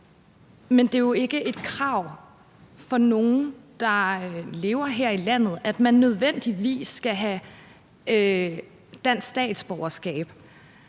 Det er jo ikke et krav for nogen, der lever her i landet, at man nødvendigvis skal have dansk statsborgerskab.